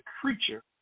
creature